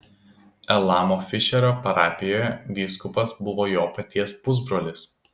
elamo fišerio parapijoje vyskupas buvo jo paties pusbrolis